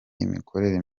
imikorere